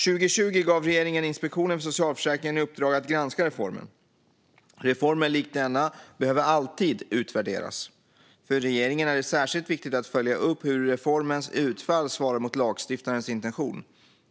År 2020 gav regeringen Inspektionen för socialförsäkringen i uppdrag att granska reformen. Reformer likt denna behöver alltid utvärderas. För regeringen är det särskilt viktigt att följa upp hur reformens utfall svarar mot lagstiftarens intention.